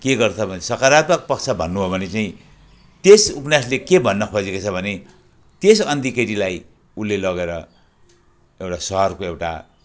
के गर्छ भने सकारात्मक पक्ष भन्नु हो भने चाहिँ त्यस उपन्यासले के भन्न खोजेको छ भने त्यस अन्धी केटीलाई उसले लगेर एउटा सहरको एउटा